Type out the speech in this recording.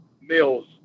meals